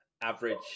average